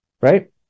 right